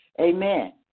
Amen